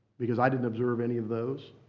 because i didn't observe any of those.